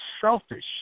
selfish